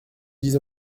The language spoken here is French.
dise